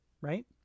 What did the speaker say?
right